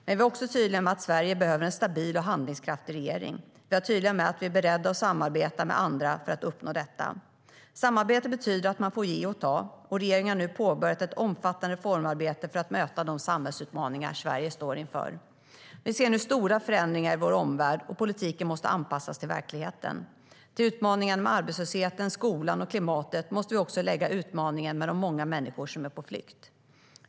Men vi var också tydliga med att Sverige behöver en stabil och handlingskraftig regering. Vi var tydliga med att vi var beredda att samarbeta med andra för att uppnå detta. Samarbete betyder att man får ge och ta. Regeringen har nu påbörjat ett omfattande reformarbete för att möta de samhällsutmaningar som Sverige står inför. Vi ser nu stora förändringar i vår omvärld, och politiken måste anpassas till verkligheten. Till utmaningarna med arbetslösheten, skolan och klimatet måste vi också lägga utmaningen med de många människor som är på flykt.